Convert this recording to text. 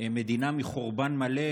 המדינה מחורבן מלא,